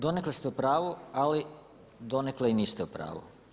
Donekle ste u pravu ali donekle i niste u pravu.